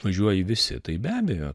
važiuoja visi tai be abejo